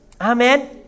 Amen